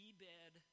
Ebed